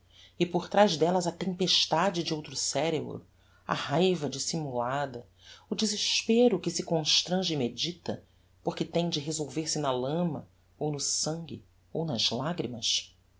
e por traz dellas a tempestade de outro cerebro a raiva dissimulada o desespero que se constrange e medita por que tem de resolver-se na lama ou no sangue ou nas lagrymas